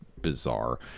bizarre